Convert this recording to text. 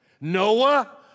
Noah